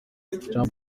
trump